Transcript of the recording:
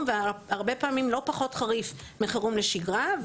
והרבה פעמים לא פחות חריף מחירום לשגרה.